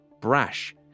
brash